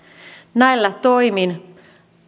näillä toimin